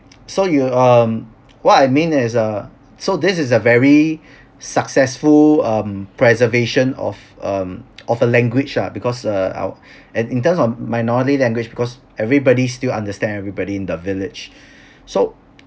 so you um what I mean is uh so this is a very successful um preservation of um of a language ah because uh our and in terms of minority language because everybody's still understand everybody in the village so